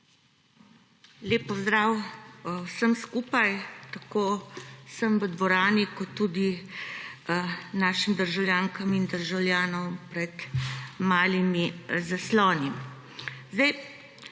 Lep pozdrav vsem skupaj, tako vsem v dvorani kot tudi našim državljankam in državljanom pred malimi zasloni!